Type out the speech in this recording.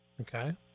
okay